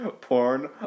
porn